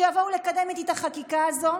שיבואו לקדם איתי את החקיקה הזו,